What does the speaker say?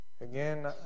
Again